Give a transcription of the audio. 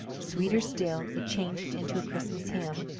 sweeter still, it changed into a christmas hymn.